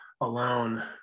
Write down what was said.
alone